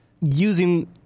using